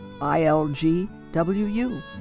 ILGWU